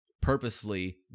purposely